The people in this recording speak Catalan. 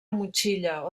motxilla